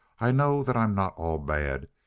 i know that i'm not all bad,